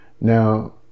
Now